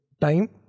time